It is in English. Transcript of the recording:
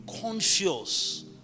conscious